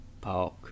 Park